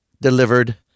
delivered